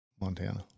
Montana